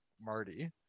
Marty